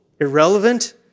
irrelevant